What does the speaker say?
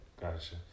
Gotcha